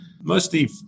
mostly